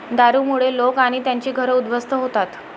दारूमुळे लोक आणि त्यांची घरं उद्ध्वस्त होतात